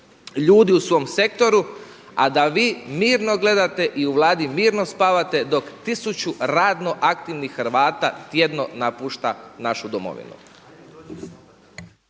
ljudi u svom sektoru, a da vi mirno gledate i u Vladi mirno spavate dok tisuću radno aktivnih Hrvata tjedno napušta našu domovinu?